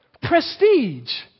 prestige